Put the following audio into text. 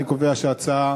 אני קובע שההצעה